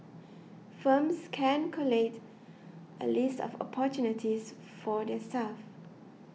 firms can collate a list of opportunities for their staff